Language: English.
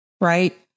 right